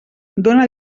dóna